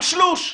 הוא שלוש,